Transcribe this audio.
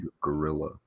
gorilla